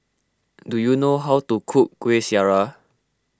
do you know how to cook Kueh Syara